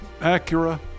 Acura